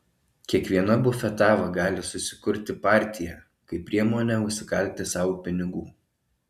kiekviena bufetava gali susikurti partiją kaip priemonę užsikalti sau pinigų